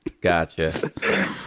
gotcha